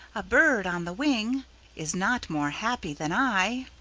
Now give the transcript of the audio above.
a bird on the wing is not more happy than i!